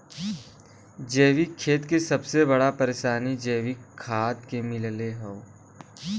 जैविक खेती के सबसे बड़ा परेशानी जैविक खाद के मिलले हौ